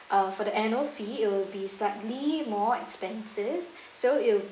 uh for the annual fee it will be slightly more expensive so it'll